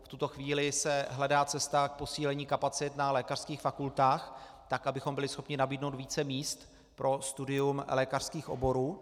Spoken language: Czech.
V tuto chvíli se hledá cesta k posílení kapacit na lékařských fakultách, tak abychom byli schopni nabídnout více míst pro studium lékařských oborů.